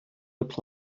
look